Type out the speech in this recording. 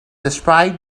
describe